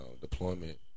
deployment